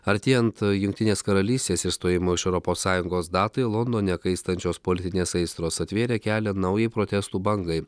artėjant jungtinės karalystės išstojimo iš europos sąjungos datai londone kaistančios politinės aistros atvėrė kelią naujai protestų bangai